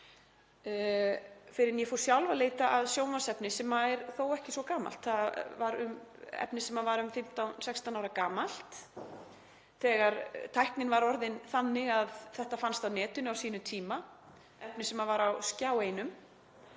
fyrr en ég fór sjálf að leita að sjónvarpsefni sem er þó ekki svo gamalt. Það er um 15–16 ára gamalt efni, þegar tæknin var orðin þannig að þetta fannst á netinu á sínum tíma, efni sem var á Skjá 1.